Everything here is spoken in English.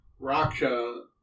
Raksha